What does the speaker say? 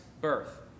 birth